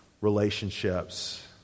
relationships